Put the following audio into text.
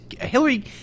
Hillary